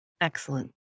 Excellent